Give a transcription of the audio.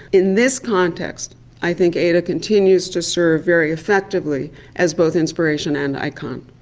in this context i think ada continues to serve very effectively as both inspiration and icon.